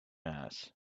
mass